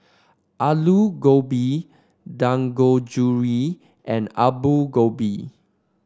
Alu Gobi Dangojiru and Alu Gobi